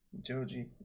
Joji